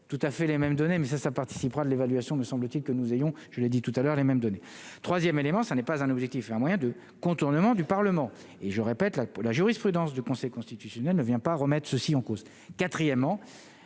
tout à fait les mêmes données mais ça ça participera de l'évaluation, me semble-t-il, que nous ayons, je l'ai dit tout à l'heure, les mêmes données 3ème élément, ce n'est pas un objectif à moyen de contournement du Parlement et je répète la la jurisprudence du Conseil constitutionnel ne vient pas remettent ceci en cause